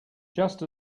just